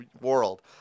world